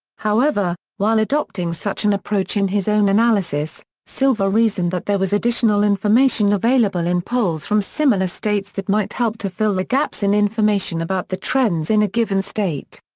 however, while adopting such an approach in his own analysis, silver reasoned that there was additional information available in polls from similar states that might help to fill the gaps in information about the trends in a given state.